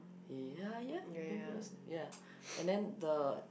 ya ya maybe it's ya and then the